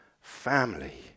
family